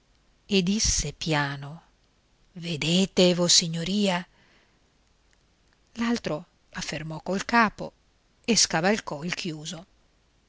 e disse piano vedete vossignoria l'altro affermò col capo e scavalcò il chiuso